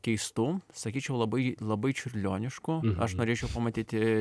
keistų sakyčiau labai labai čiurlioniškų aš norėčiau pamatyti